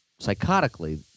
psychotically